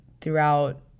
throughout